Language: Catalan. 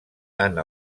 tant